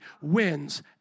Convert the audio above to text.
wins